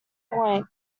point